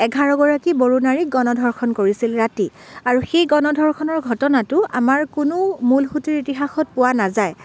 এঘাৰগৰাকী বড়ো নাৰীক গণধৰ্ষন কৰিছিল ৰাতি আৰু সেই গণধৰ্ষণৰ ঘটনাটো আমাৰ কোনো মূল সুঁতিৰ ইতিহাসত পোৱা নাযায়